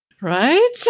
Right